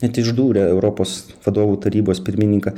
net išdūrė europos vadovų tarybos pirmininką